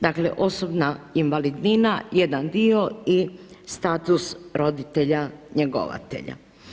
Dakle osobna invalidnina jedan dio i status roditelja njegovatelja.